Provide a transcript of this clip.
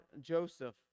Joseph